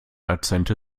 akzente